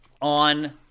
on